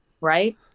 right